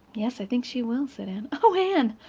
yes, i think she will, said anne. oh, anne,